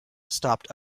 stopped